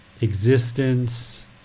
existence